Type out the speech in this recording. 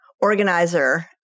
organizer